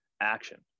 Action